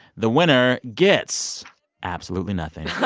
the winner gets absolutely nothing yeah